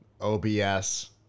OBS